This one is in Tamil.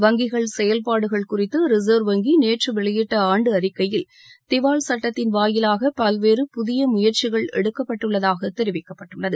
வங்கிகள் செயல்பாடுகள் குறித்து ரிச்வ் வங்கி நேற்று வெளியிட்ட ஆண்டு அறிக்கையில் திவால் சட்டத்தின் வாயிலாக பல்வேறு புதிய முயற்சிகள் எடுக்கப்பட்டுள்ளதாக தெரிவிக்கப்பட்டுள்ளது